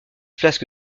flasque